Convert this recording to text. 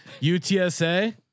UTSA